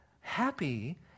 happy